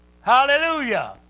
Hallelujah